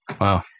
Wow